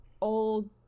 old